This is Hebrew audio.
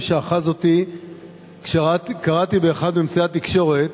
שאחז אותי כשקראתי באחד מאמצעי התקשורת